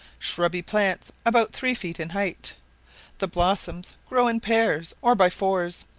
shrubby plants about three feet in height the blossoms grow in pairs or by fours,